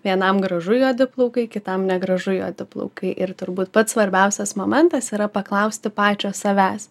vienam gražu juodi plaukai kitam negražu juodi plaukai ir turbūt pats svarbiausias momentas yra paklausti pačio savęs